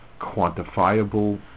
quantifiable